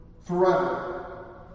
forever